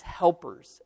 helpers